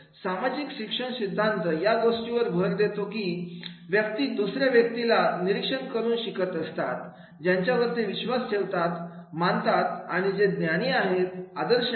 सामाजिक शिक्षण सिद्धांत या गोष्टीवर भर देतो की व्यक्ती दुसऱ्या व्यक्तीला निरीक्षण करून शिकत असतात ज्यांच्यावर ते विश्वास ठेवतात मानतात आणि जे ज्ञानी आहेत आदर्श आहेत